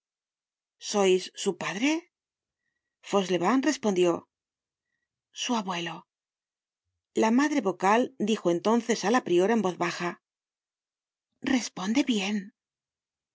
sois su padre fauchelevent respondió su abuelo la madre vocal dijo entonces á la priora en voz baja responde bien